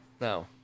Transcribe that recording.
No